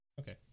Okay